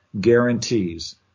guarantees